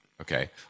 Okay